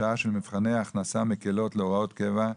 הפיכת הוראת השעה של מבחני הכנסה מקלות להוראות קבע,